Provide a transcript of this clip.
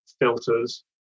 filters